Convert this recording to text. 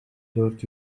dört